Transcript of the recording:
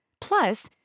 Plus